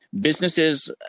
businesses